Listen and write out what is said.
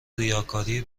ریاکاری